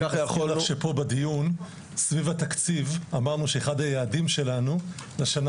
אני מזכיר לך שפה בדיון סביב התקציב אמרנו שאחד היעדים שלנו לשנה